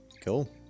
Cool